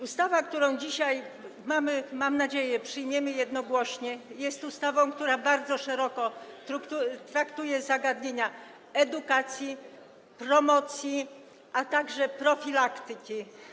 Ustawa, którą dzisiaj, mam nadzieję, przyjmiemy jednogłośnie, jest ustawą, która bardzo szeroko traktuje zagadnienia edukacji, promocji, a także profilaktyki.